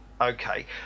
okay